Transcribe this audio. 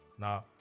Now